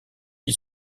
qui